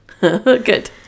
good